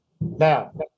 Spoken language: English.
Now